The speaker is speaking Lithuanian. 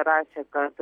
rašė kad